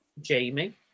Jamie